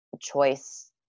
choice